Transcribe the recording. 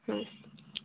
হুম